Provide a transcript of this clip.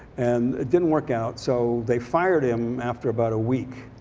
and it didn't work out so they fired him after about a week.